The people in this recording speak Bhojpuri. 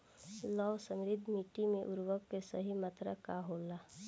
लौह समृद्ध मिट्टी में उर्वरक के सही मात्रा का होला?